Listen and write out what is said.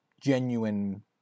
genuine